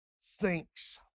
sinks